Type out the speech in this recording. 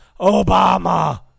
Obama